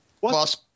Boss